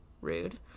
Rude